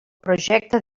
projecte